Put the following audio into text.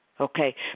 okay